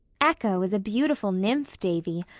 echo is a beautiful nymph, davy,